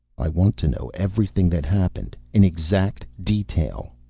i want to know everything that happened, in exact detail.